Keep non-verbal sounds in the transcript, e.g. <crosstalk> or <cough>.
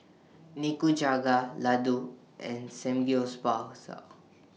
Nikujaga Ladoo and <unintelligible>